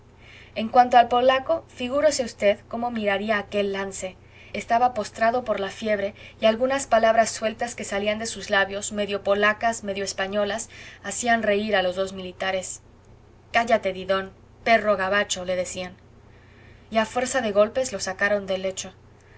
en cuanto al polaco figúrese v cómo miraría aquel lance estaba postrado por la fiebre y algunas palabras sueltas que salían de sus labios medio polacas medio españolas hacían reír a los dos militares cállate didon perro gabacho le decían y a fuerza de golpes lo sacaron del lecho